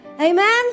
Amen